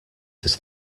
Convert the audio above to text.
this